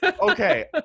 okay